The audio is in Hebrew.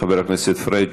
חבר הכנסת פריג'.